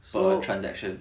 so